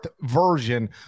version